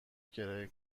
کرایه